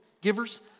givers